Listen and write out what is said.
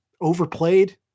overplayed